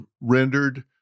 rendered